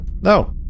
no